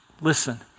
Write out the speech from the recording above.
listen